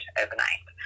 overnight